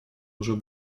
уже